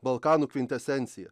balkanų kvintesencija